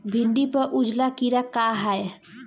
भिंडी पर उजला कीड़ा का है?